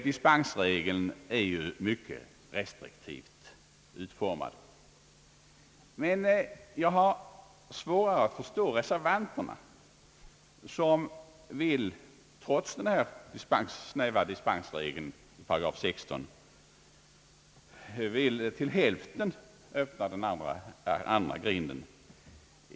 Dispensregeln är ju mycket restriktivt utformad. Jag har dock svårt att förstå reservanterna, vilka trots den snäva dispensregeln i § 16 vill genom en frikostig dispensgivning till hälften öppna den andra grinden.